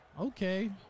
Okay